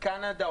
קנדה,